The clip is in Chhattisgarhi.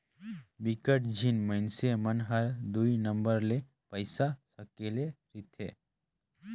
बिकट झिन मइनसे मन हर दुई नंबर ले पइसा सकेले रिथे